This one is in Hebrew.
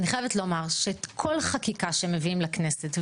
אני חייבת לומר, שכל חקיקה שמביאים לכנסת,